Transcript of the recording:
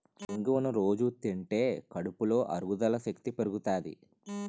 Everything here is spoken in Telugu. ఇంగువను రొజూ తింటే కడుపులో అరుగుదల శక్తి పెరుగుతాది